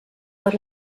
per